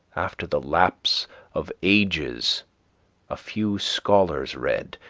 after the lapse of ages a few scholars read,